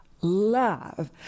love